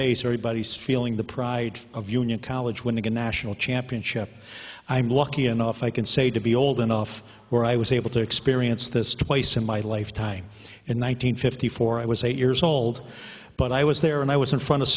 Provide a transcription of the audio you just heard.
days everybody's feeling the pride of union college when they get national championship i'm lucky enough i can say to be old enough where i was able to experience this twice in my lifetime in one nine hundred fifty four i was eight years old but i was there and i was in front of